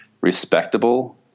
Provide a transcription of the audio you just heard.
respectable